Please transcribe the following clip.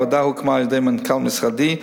הוועדה הוקמה על-ידי מנכ"ל משרדי,